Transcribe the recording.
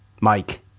Mike